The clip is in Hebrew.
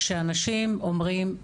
שאנשים אומרים,